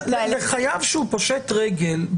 חייב שהוא פושט רגל,